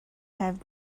have